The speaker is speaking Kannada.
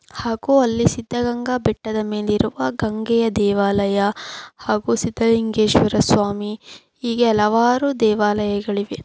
ಹಾಗೂ ಅಲ್ಲಿ ಸಿದ್ಧಗಂಗಾ ಬೆಟ್ಟದ ಮೇಲಿರುವ ಗಂಗೆಯ ದೇವಾಲಯ ಹಾಗೂ ಸಿದ್ಧಲಿಂಗೇಶ್ವರ ಸ್ವಾಮಿ ಹೀಗೆ ಹಲವಾರು ದೇವಾಲಯಗಳಿವೆ